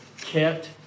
kept